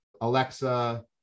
Alexa